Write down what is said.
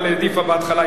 אבל העדיפה בהתחלה,